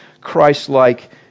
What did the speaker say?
Christ-like